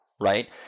right